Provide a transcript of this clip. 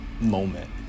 moment